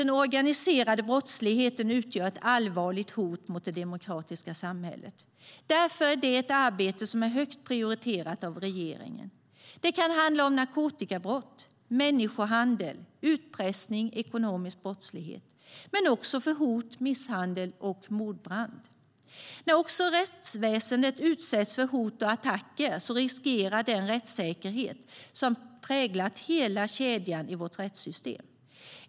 Den organiserade brottsligheten utgör ett allvarligt hot mot det demokratiska samhället. Därför är arbetet med att bekämpa den högt prioriterat av regeringen. Det kan handla om narkotikabrott, människohandel, utpressning och ekonomisk brottslighet, men också om hot, misshandel och mordbrand. När också rättsväsendet utsätts för hot och attacker riskeras den rättssäkerhet som präglat hela kedjan i vårt rättssystem.